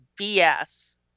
BS